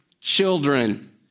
children